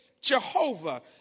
Jehovah